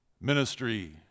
Ministry